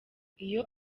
iyo